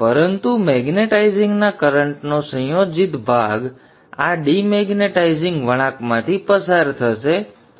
પરંતુ મેગ્નેટાઇઝિંગના કરન્ટનો સંયોજિત ભાગ આ ડિમેગ્નેટાઇઝિંગ વળાંકમાંથી પસાર થશે